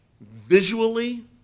visually